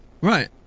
Right